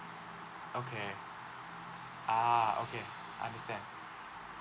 okay ah okay understand